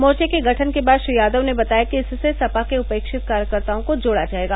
मोर्वे के गठन के बाद श्री यादव ने बताया कि इससे सपा के उपेक्षित कार्यकर्ताओं को जोड़ा जायेगा